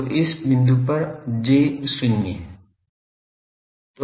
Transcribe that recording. तो इस बिंदु पर J शून्य है